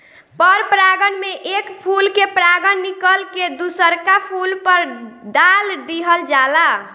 पर परागण में एक फूल के परागण निकल के दुसरका फूल पर दाल दीहल जाला